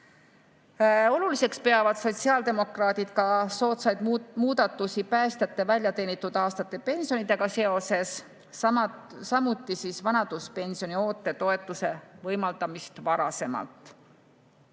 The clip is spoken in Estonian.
Oluliseks peavad sotsiaaldemokraadid ka soodsaid muudatusi päästjate väljateenitud aastate pensioniga seoses, samuti vanaduspensioni oote toetuse võimaldamist varasemalt.